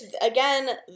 again